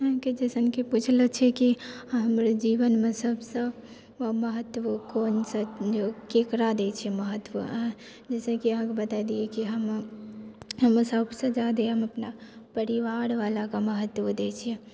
अहाँके जैसन कि पूछले छी कि हमरे जीवनमे सबसँ महत्व कौनसँ केकरा दै छियै महत्व जैसे कि अहाँके बता दिय कि हम हम सबसँ जादा हम अपना परिवारवला के महत्व दै छियै